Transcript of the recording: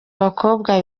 abakobwa